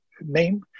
name